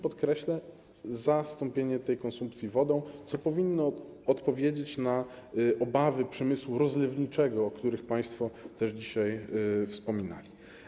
Podkreślę zastąpienie tej konsumpcji wodą, co powinno odpowiedzieć na obawy przemysłu rozlewniczego, o którym państwo też dzisiaj wspominali.